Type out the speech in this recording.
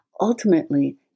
ultimately